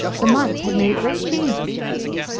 the month had made a great change in jonesy.